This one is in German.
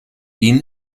ihn